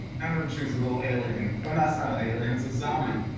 i'm gonna choose a little alien. and that's not an alien, it's a zombie.